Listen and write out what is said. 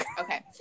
Okay